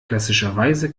klassischerweise